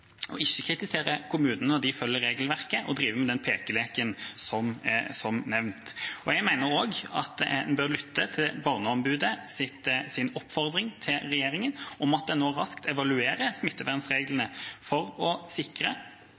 ikke kritisere kommunene når de følger regelverket, og ikke drive med den pekeleken, som nevnt. Jeg mener også at man bør lytte til Barneombudets oppfordring til regjeringa om at en nå raskt evaluerer smittevernreglene for å sikre